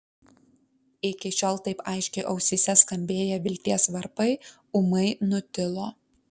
iki šiol taip aiškiai ausyse skambėję vilties varpai ūmai nutilo